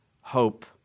hope